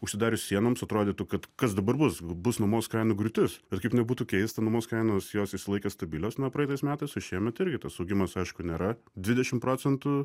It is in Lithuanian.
užsidarius sienoms atrodytų kad kas dabar bus bus nuomos kainų griūtis bet kaip nebūtų keista nuomos kainos jos išsilaikė stabilios na praeitais metais o šiemet irgi tas augimas aišku nėra dvidešim procentų